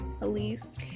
Elise